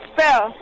Spell